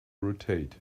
rotate